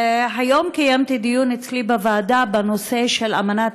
היום קיימתי דיון אצלי בוועדה בנושא של אמנת